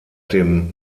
dem